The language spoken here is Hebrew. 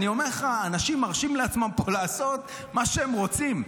אני אומר לך שאנשים מרשים לעצמם פה לעשות מה שהם רוצים,